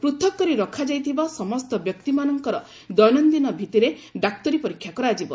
ପୂଥକ୍ କରି ରଖାଯାଇଥିବା ସମସ୍ତ ବ୍ୟକ୍ତିମାନଙ୍କର ଦୈନନ୍ଦିନ ଭିଭିରେ ଡାକ୍ତରୀ ପରୀକ୍ଷା କରାଯିବ